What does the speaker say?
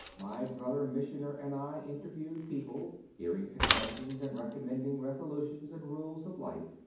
my brother-missioner and i interviewed people, hearing confessions and recommending resolutions and rules of life,